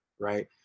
Right